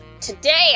today